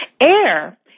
Air